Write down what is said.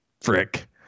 frick